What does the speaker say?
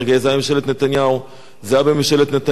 זה היה בממשלת נתניהו כחלק מהעסקה שלו שם.